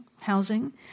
housing